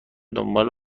دنبال